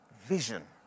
vision